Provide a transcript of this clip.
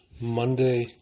Monday